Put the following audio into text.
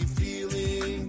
feeling